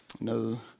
No